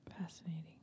Fascinating